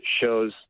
shows